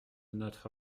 notre